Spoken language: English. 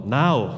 now